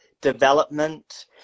development